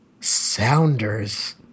Sounders